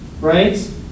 right